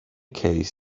case